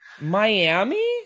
Miami